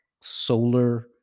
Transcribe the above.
solar